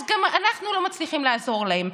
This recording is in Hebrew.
אז גם אנחנו לא מצליחים לעזור להם.